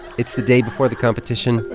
it's the day before the competition.